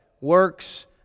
Works